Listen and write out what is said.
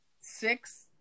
six